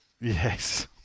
Yes